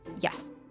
Yes